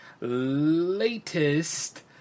latest